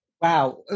Wow